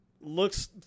looks